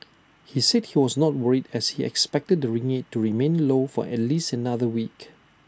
he said he was not worried as he expected the ringgit to remain low for at least another week